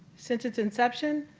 since it's inception,